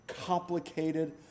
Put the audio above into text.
complicated